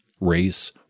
race